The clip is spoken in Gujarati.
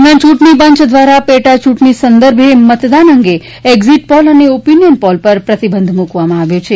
દરમ્યાન ચૂંટણી પંચ દ્વારા પેટાચૂંટણી સંદર્ભે મતદાન અંગે એક્ઝીટ પોલ અને ઓપીનીયન પોલ પર પ્રતિબંધ મુકવામાં આવ્યો છે